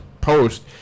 post